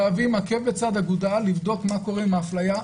חייבים עקב בצד אגודל לבדוק מה קורה עם ההפליה.